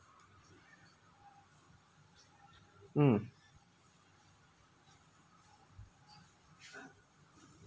mm